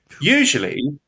usually